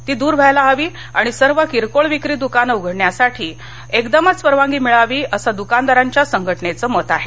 ती दूर व्हायला हवी आणि सर्व किरकोळ विक्री दुकानं उघडण्यासाठी एकदमच परवानगी मिळावी असं दुकानदारांच्या संघटनेचं मत आहे